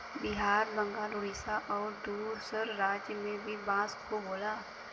बिहार बंगाल उड़ीसा आउर दूसर राज में में बांस खूब होला